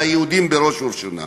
ועל היהודים בראש ובראשונה.